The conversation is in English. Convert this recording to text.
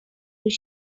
his